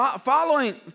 Following